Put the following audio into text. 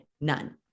none